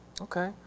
Okay